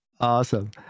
Awesome